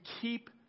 keep